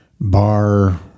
bar